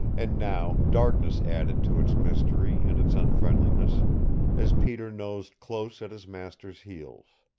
and now darkness added to its mystery and its unfriendliness as peter nosed close at his master's heels.